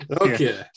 Okay